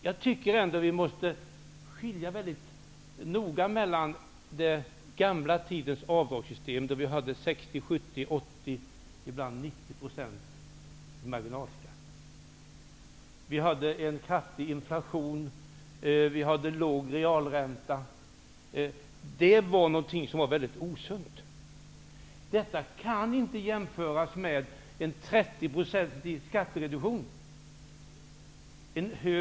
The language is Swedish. Jag tycker ändå att vi måste skilja noga mellan den gamla tidens avdragssystem, då marginalskatten var 60 %, 70 %, 80 % och ibland 90 %. Inflationen var hög och realräntan låg. Det var något som var väldigt osunt. Detta kan inte jämföras med en 30 procentig skattereduktion.